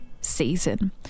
season